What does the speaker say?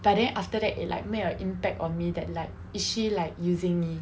but then after that it like made an impact on me that like is she like using me